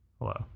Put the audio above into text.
Hello